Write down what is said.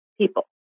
people